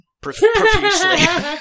profusely